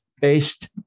based